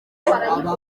abantu